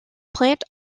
plant